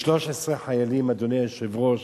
אדוני היושב-ראש,